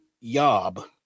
Yob